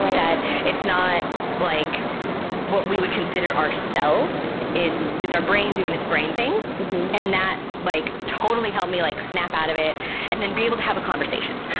that it's not like what we would consider ourselves. it's our brain doing its brain thing and that like totally helped me like snap out of it and then be able to have a conversation.